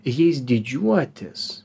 jais didžiuotis